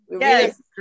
yes